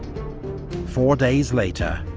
four days later,